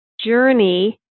journey